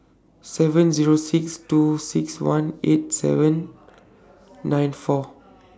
seven Zero six two six one eight seven nine four